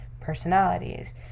personalities